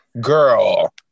Girl